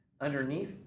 Underneath